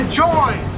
join